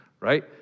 Right